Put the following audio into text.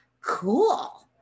cool